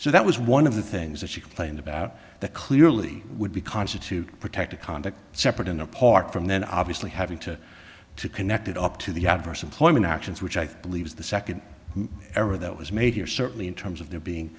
so that was one of the things that she complained about that clearly would be constitute protected conduct separate and apart from then obviously having to to connect it up to the adverse employment actions which i think believes the second error that was made here certainly in terms of there being